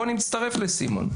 פה אני מצטרף לסימון.